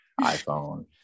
iphone